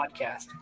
podcast